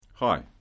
Hi